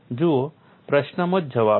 જુઓ પ્રશ્નમાં જ જવાબ છે